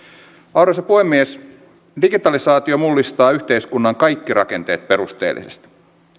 arvoisa puhemies digitalisaatio mullistaa yhteiskunnan kaikki rakenteet perusteellisesti